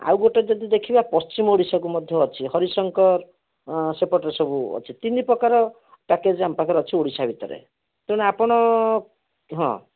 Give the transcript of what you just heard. ଆଉ ଗୋଟେ ଯଦି ଦେଖିବା ପଶ୍ଚିମ ଓଡ଼ିଶାକୁ ମଧ୍ୟ ଅଛି ହରିଶଙ୍କର ସେପଟରୁ ସବୁ ଅଛି ତିନିପ୍ରକାର ପ୍ୟାକେଜ୍ ଆମ ପାଖରେ ଅଛି ଓଡ଼ିଶା ଭିତରେ ତେଣୁ ଆପଣ ହଁ